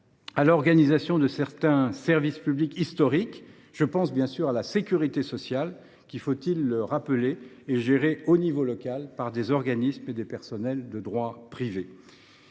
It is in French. à l’organisation de certains services publics historiques. Je pense bien sûr à la sécurité sociale qui, faut il le rappeler, est gérée à l’échelon local par des organismes et des personnels de droit privé.